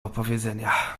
opowiedzenia